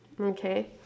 Okay